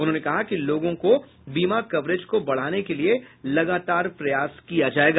उन्होंने कहा कि लोगों को बीमा कवरेज को बढ़ाने के लिए लगातार प्रयास किया जायेगा